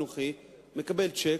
המוסד החינוכי מקבל צ'ק,